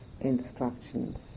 instructions